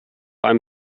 ein